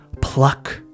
pluck